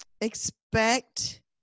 expect